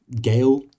gale